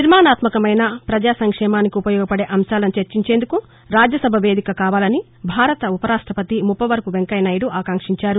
నిర్మాణాత్మకమైన పజా సంక్షేమానికి ఉపయోగపదే అంశాలను చర్చించేందుకు రాజ్యసభ వేదిక కావాలని భారత ఉపరాష్టపతి ముప్పవరపు వెంకయ్య నాయుడు ఆకాంక్షించారు